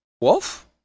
Wolf